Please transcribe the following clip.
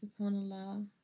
subhanAllah